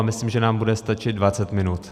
Myslím, že nám bude stačit dvacet minut.